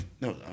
No